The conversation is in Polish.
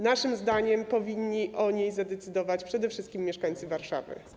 Naszym zdaniem powinni o niej zadecydować przede wszystkim mieszkańcy Warszawy.